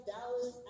Dallas